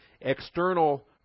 external